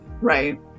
right